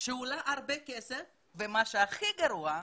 שעולה הרבה כסף ומה שהכי גרוע,